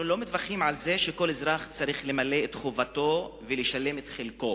אנחנו לא מתווכחים על זה שכל אזרח צריך למלא את חובתו ולשלם את חלקו.